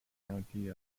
county